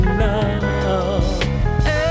love